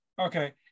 Okay